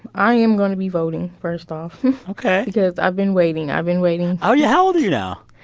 i am going to be voting, first off. ok. because i've been waiting. i've been waiting oh, yeah. how old are you now?